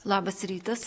labas rytas